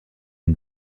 une